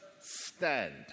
stand